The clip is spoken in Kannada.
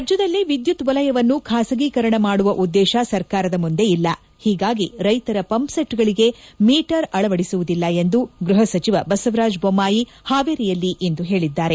ರಾಜ್ಯದಲ್ಲಿ ವಿದ್ಯುತ್ ವಲಯವನ್ನು ಖಾಸಗೀಕರಣ ಮಾಡುವ ಉದ್ದೇಶ ಸರ್ಕಾರದ ಮುಂದೆ ಇಲ್ಲ ಹೀಗಾಗಿ ರೈಶರ ಪಂಪ್ಸೆಟ್ಗಳಿಗೆ ಮೀಟರ್ ಅಳವಡಿಸುವುದಿಲ್ಲ ಎಂದು ಗೃಪ ಸಚಿವ ಬಸವರಾಜ ಬೊಮ್ಮಾಯಿ ಹಾವೇರಿಯಲ್ಲಿಂದು ಹೇಳಿದ್ದಾರೆ